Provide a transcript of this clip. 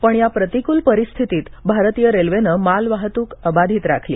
पण या प्रतिकुल परिस्थितीत भारतीय रेल्वेनं माल वाहतुक अबाधित राखली